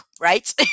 right